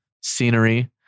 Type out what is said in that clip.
scenery